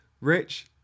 Rich